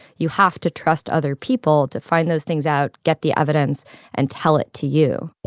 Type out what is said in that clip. you have to trust other people to find those things out, get the evidence and tell it to you.